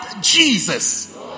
Jesus